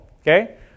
okay